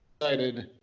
excited